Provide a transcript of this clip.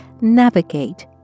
navigate